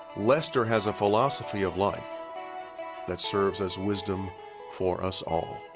lester has a philosophy of life that serves as wisdom for us all.